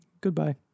Goodbye